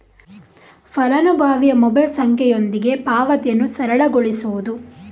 ಫಲಾನುಭವಿಯ ಮೊಬೈಲ್ ಸಂಖ್ಯೆಯೊಂದಿಗೆ ಪಾವತಿಯನ್ನು ಸರಳಗೊಳಿಸುವುದು